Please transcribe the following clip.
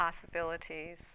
possibilities